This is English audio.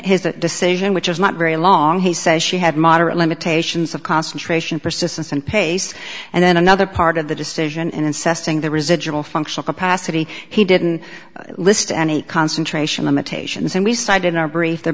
a decision which is not very long he says she had moderate limitations of concentration persistence and pace and then another part of the decision and incest in the residual functional capacity he didn't list any concentration imitations and we cited in our brief there